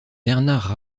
bernard